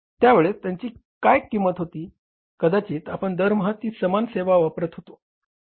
त्यावेळस त्याची काय किंमत होती कदाचित आपण दरमहा ती समान सेवा वापरत होतो